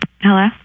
Hello